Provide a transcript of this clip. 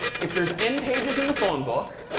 if there's n pages in the phone book,